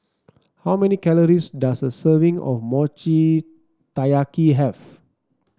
how many calories does a serving of Mochi Taiyaki have